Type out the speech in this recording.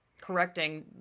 correcting